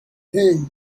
hey